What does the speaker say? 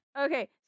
Okay